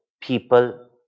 people